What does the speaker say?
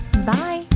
Bye